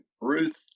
Ruth